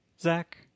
Zach